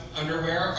underwear